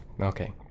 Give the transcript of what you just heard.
Okay